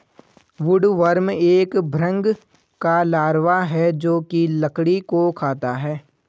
woodworm एक भृंग का लार्वा है जो की लकड़ी को खाता है